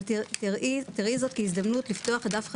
אבל תראי זאת כהזדמנות לפתוח דף חדש,